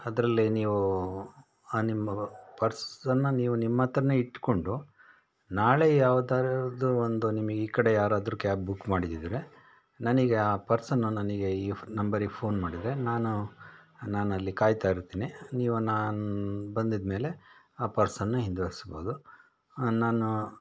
ಅದರಲ್ಲಿ ನೀವು ಆ ನಿಮ್ಮ ಪರ್ಸನ್ನು ನೀವು ನಿಮ್ಮ ಹತ್ತಿರನೇ ಇಟ್ಟುಕೊಂಡು ನಾಳೆ ಯಾವತ್ತಾದರು ಒಂದು ನಿಮಗೆ ಈ ಕಡೆ ಯಾರಾದ್ರೂ ಕ್ಯಾಬ್ ಬುಕ್ ಮಾಡಿದ್ದಿದ್ರೆ ನನಗೆ ಆ ಪರ್ಸನ್ನು ನನಗೆ ಈ ಫ್ ನಂಬರಿಗೆ ಫೋನ್ ಮಾಡಿದರೆ ನಾನು ನಾನು ಅಲ್ಲಿ ಕಾಯುತ್ತಾ ಇರ್ತೀನಿ ನೀವು ನಾನು ಬಂದಿದ್ಮೇಲೆ ಆ ಪರ್ಸನ್ನು ಹಿಂದಿರ್ಗ್ಸ್ಬೋದು ನಾನು